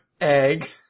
egg